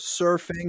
surfing